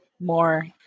more